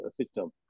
system